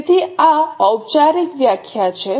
slide સ્લાઇડનો સંદર્ભ લો 2420 તેથી આ ઔપચારિક વ્યાખ્યા છે